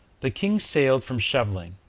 the king sailed from scheveling,